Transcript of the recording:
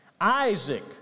Isaac